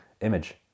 Image